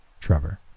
Trevor